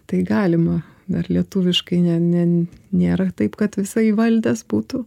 tai galima dar lietuviškai ne ne nėra taip kad visa įvaldęs būtų